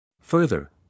Further